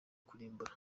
kurimbura